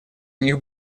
них